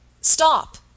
stop